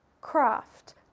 craft